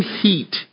heat